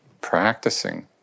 practicing